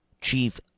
Chief